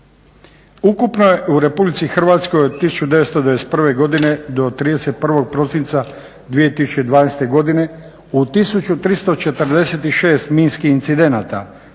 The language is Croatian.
Ukupno je u RH od 1991. godine do 31. prosinca 2012. godine u 1346 minskih incidenata